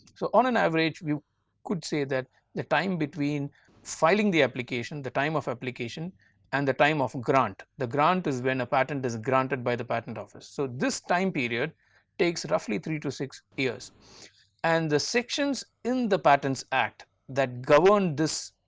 so, on an average you could say that the time between filing the application the time of application and the time of a and grant the grant is when a patent is granted by the patent office. so, this time period takes roughly three to six years and the sections in the patents act that govern this